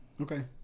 Okay